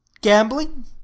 gambling